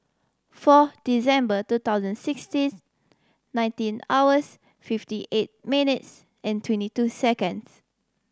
four December two thousand sixteens nineteen hours fifty eight minutes and twenty two seconds